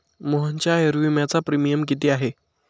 मोहनच्या आयुर्विम्याचा प्रीमियम किती आहे?